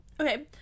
Okay